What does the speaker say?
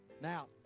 Now